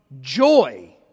joy